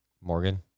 Morgan